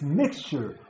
mixture